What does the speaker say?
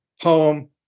poem